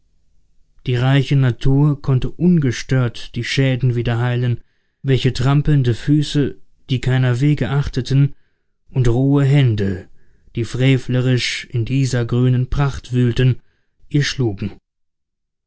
die reiche natur konnte ungestört die schäden wieder heilen welche trampelnde füße die keiner wege achteten und rohe hände die frevlerisch in dieser grünen pracht wühlten ihr schlugen